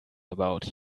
about